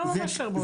לא ממש המון האמת.